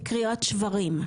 בקריאות שברים.